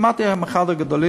שמעתי היום את אחד הגדולים,